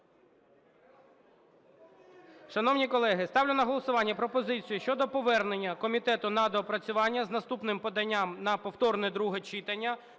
Шановні колеги, ставлю на голосування пропозицію щодо повернення комітету на доопрацювання з наступним поданням на повторне друге читання